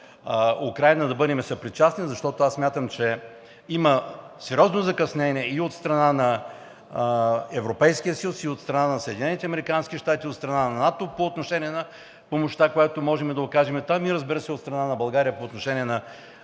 наистина да бъдем съпричастни, защото смятам, че има сериозно закъснение и от страна на Европейския съюз, и от страна на Съединените американски щати, и от страна на НАТО по отношение на помощта, която можем да окажем там, а разбира се, и от страна на България по отношение на